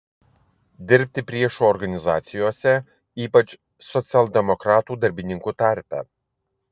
dirbti priešo organizacijose ypač socialdemokratų darbininkų tarpe